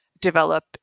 develop